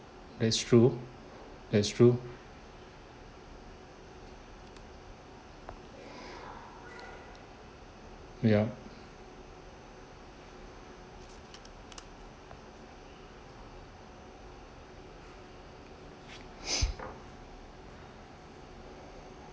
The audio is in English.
that's true that's true yup